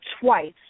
twice